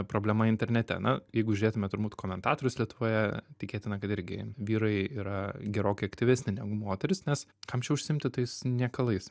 problema internete na jeigu žiūrėtume turbūt komentatorius lietuvoje tikėtina kad irgi vyrai yra gerokai aktyvesni negu moterys nes kam čia užsiimti tais niekalais